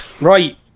Right